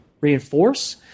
reinforce